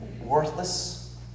worthless